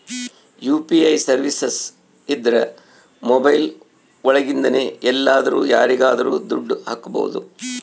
UPI services ಇದ್ರ mobile ಒಳಗಿಂದನೆ ಎಲ್ಲಾದ್ರೂ ಯಾರಿಗಾದ್ರೂ ದುಡ್ಡು ಹಕ್ಬೋದು